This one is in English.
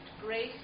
grace